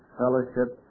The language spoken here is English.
fellowship